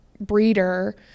breeder